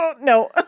no